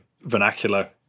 vernacular